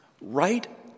right